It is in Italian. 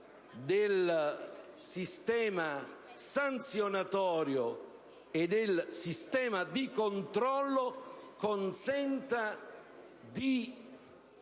del sistema sanzionatorio e del sistema di verifica, consenta di